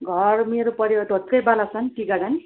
घर मेरो पऱ्यो धोत्रे बालासन टी गार्डन